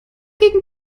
gegen